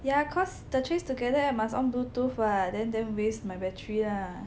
yah cause the Trace Together app must on bluetooth [what] then damn waste my battery lah